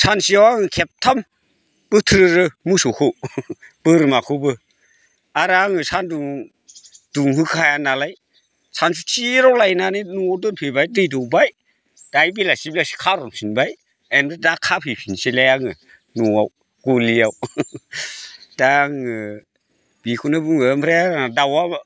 सानसेयाव आं खेबथाम बोथ्रोदो मोसौखौ बोरमाखौबो आरो आं सान्दुं दुंहोखायानालाय सानसुथिराव लायनानै न'आव दोनफैबाय दै दौबाय दाय बेलासि बेलासि खाहैफिनबाय ओमफ्राय दा खाफैफिनसैलाय आङो न'आव गलियाव दा आङो बेखौनो बुङो ओमफ्राय आंना दाउआ